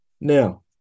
Now